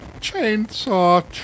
Chainsaw